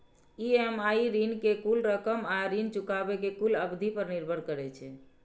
EMI ऋण के कुल रकम आ ऋण चुकाबै के कुल अवधि पर निर्भर करै छै